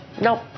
Nope